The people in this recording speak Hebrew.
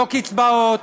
לא קצבאות,